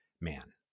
man